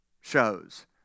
shows